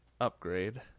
upgrade